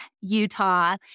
Utah